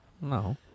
No